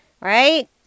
right